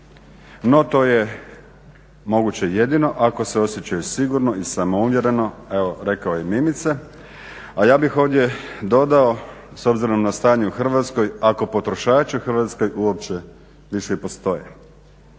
No to je moguće jedino ako se osjećaju sigurno i samouvjereno, evo rekao je i Mimica. A ja bih ovdje dodao s obzirom na stanje u Hrvatskoj ako potrošači u Hrvatskoj uopće više i postoje.